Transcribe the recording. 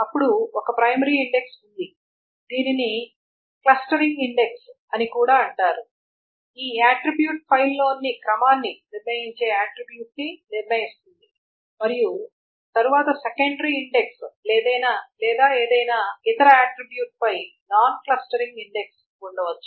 అప్పుడు ఒక primary index ఉంది దీనిని క్లస్టరింగ్ ఇండెక్స్ అని కూడా అంటారు ఈ ఆట్రిబ్యూట్ ఫైల్లోని క్రమాన్ని నిర్ణయించే ఆట్రిబ్యూట్ని నిర్ణయిస్తుంది మరియు తరువాత సెకండరీ ఇండెక్స్ లేదా ఏదైనా ఇతర ఆట్రిబ్యూట్ పై నాన్ క్లస్టరింగ్ ఇండెక్స్ ఉండవచ్చు